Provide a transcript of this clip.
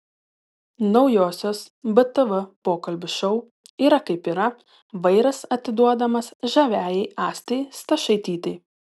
naujosios btv pokalbių šou yra kaip yra vairas atiduodamas žaviajai astai stašaitytei